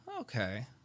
Okay